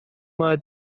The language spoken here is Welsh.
mae